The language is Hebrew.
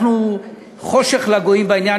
אנחנו חושך לגויים בעניין.